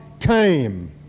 came